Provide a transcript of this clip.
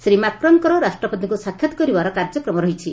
ଶ୍ରୀ ମାକ୍ରନ୍ଙ୍କର ରାଷ୍ଟ୍ରପତିଙ୍କୁ ସାକ୍ଷାତ୍ କରିବାର କାର୍ଯ୍ୟକ୍ରମ ରହିଛି